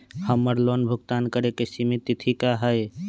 हमर लोन भुगतान करे के सिमित तिथि का हई?